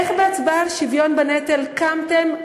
איך בהצבעה על שוויון בנטל קמתם,